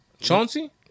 Chauncey